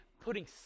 putting